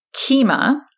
Kima